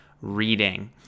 Reading